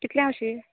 कितल्यांक अशी